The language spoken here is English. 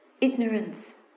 ignorance